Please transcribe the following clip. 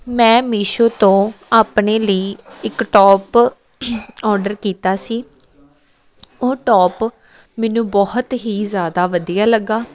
ਮੈਂ ਮੀਸ਼ੋ ਤੋਂ ਆਪਣੇ ਲਈ ਇੱਕ ਟੋਪ ਔਡਰ ਕੀਤਾ ਸੀ ਉਹ ਟੋਪ ਮੈਨੂੰ ਬਹੁਤ ਹੀ ਜ਼ਿਆਦਾ ਵਧੀਆ ਲੱਗਿਆ